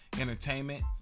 entertainment